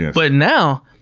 but now,